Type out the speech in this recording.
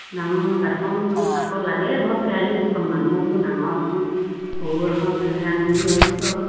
ডাঙৰ এখন আকৌ লাগে ঘৰত কেৰাহী দুখনমান মই বোলো ডাঙৰ এখন সৰু এখন সেনেকে আনিম বুলি ভাবিছোঁ আৰু